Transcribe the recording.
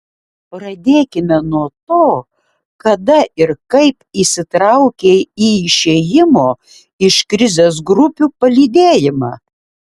pradėkime nuo to kada ir kaip įsitraukei į išėjimo iš krizės grupių palydėjimą